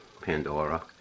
Pandora